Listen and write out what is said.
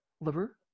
liver